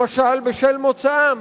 למשל בשל מוצאם.